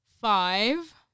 five